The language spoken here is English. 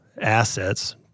assets